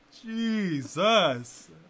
Jesus